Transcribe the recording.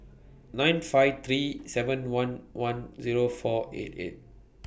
nine five three seven one one Zero four eight eight